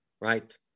right